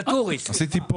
בבקשה.